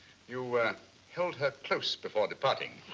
you held her close before departing.